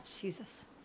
Jesus